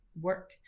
work